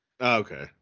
Okay